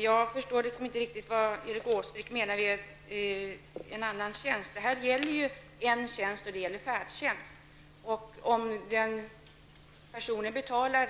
Herr talman! Jag förstår inte riktigt vad Erik Åsbrink menar när han talar om annan tjänst. Här gäller det ju en tjänst, och det är färdtjänsten. Om personen betalar